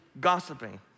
gossiping